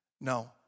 No